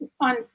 on